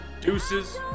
Deuces